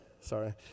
Sorry